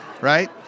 Right